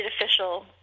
official